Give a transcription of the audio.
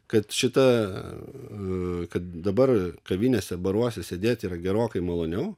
kad šita kad dabar kavinėse baruose sėdėti yra gerokai maloniau